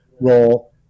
role